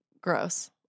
Gross